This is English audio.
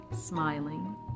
smiling